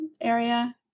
area